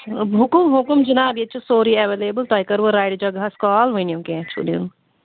حُکُم حُکُم جِناب ییٚتہِ چھُ سورُے ایویلیبل تۄہہِ کٔرٕ ریڈ جگہس کال ؤنِو کیٚنٛہہ چھُ دیُن